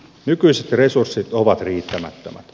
nykyiset resurssit ovat riittämättömät